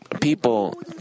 people